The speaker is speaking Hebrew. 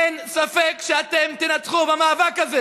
אין ספק שאתם תנצחו במאבק הזה,